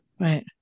Right